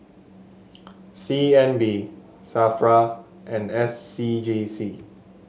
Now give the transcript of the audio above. C N B Safra and S C G C